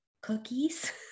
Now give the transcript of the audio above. cookies